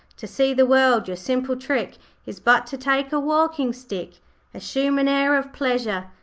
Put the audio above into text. to see the world, your simple trick is but to take a walking-stick assume an air of pleasure,